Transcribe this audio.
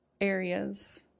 areas